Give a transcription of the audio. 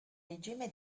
regime